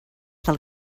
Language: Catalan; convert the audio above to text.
del